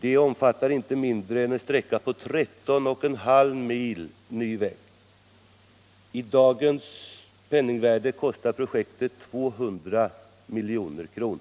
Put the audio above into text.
Det omfattar inte mindre än en sträcka på 13,5 mil ny väg, och i dagens penningvärde kostar projektet 200 milj.kr.